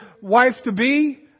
wife-to-be